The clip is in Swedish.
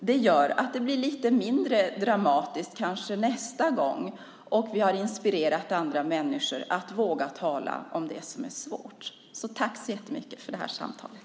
Det gör att det kanske blir lite mindre dramatiskt nästa gång. Vi har inspirerat andra människor att våga tala om det som är svårt, så tack så jättemycket för det här samtalet!